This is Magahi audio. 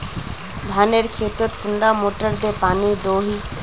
धानेर खेतोत कुंडा मोटर दे पानी दोही?